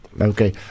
Okay